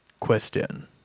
question